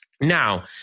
Now